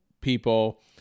people